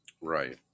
Right